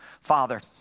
Father